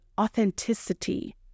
authenticity